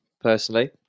personally